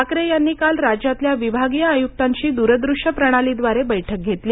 ठाकरे यांनी काल राज्यातल्या विभागीय आयुक्तांशी द्रदृश्य प्रणालीद्वारे बैठक घेतली